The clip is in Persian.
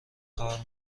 کار